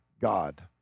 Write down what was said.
God